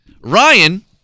Ryan